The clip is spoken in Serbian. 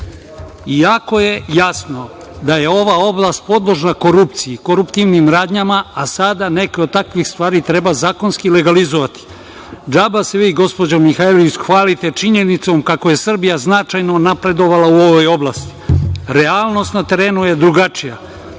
iako je jasno da je ova oblast podložna korupciji, koruptivnim radnjama, a sada neka od takvih treba zakonski legalizovati. Džaba se vi gospođo Mihajlović hvalite činjenicom kako je Srbija značajno napredovala u ovoj oblasti. Realnost na terenu je drugačija.